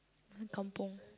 ah kampung